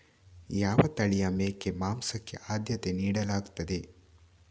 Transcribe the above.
ಯಾವ ತಳಿಯ ಮೇಕೆ ಮಾಂಸಕ್ಕೆ ಆದ್ಯತೆ ನೀಡಲಾಗ್ತದೆ?